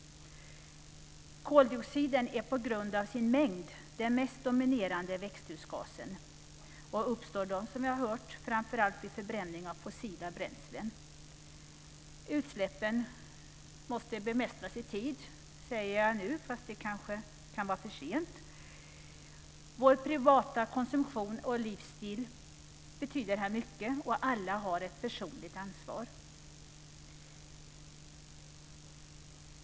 Koldioxiden är på grund av sin mängd den mest dominerande växthusgasen och uppstår, som vi har hört, framför allt vid förbränning av fossila bränslen. Utsläppen måste bemästras i tid - säger jag nu, fast det kanske kan vara för sent. Vår privata konsumtion och livsstil betyder här mycket, och alla har ett personligt ansvar.